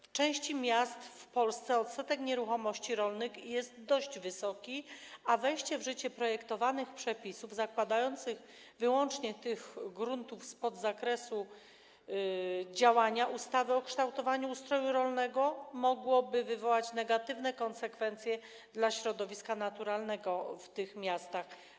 W części miast w Polsce odsetek nieruchomości rolnych jest dość wysoki, a wejście w życie projektowanych przepisów zakładających wyłączenie tych gruntów spod zakresu działania ustawy o kształtowaniu ustroju rolnego mogłoby wywołać negatywne konsekwencje dla środowiska naturalnego w tych miastach.